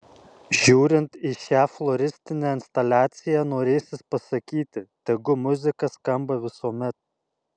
žiūrint į šią floristinę instaliaciją norėsis pasakyti tegu muzika skamba visuomet